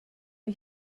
ich